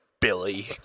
Billy